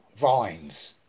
Vines